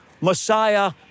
Messiah